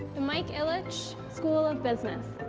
the mike ilitch school of business.